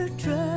trust